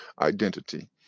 identity